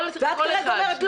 אבל את אומרת,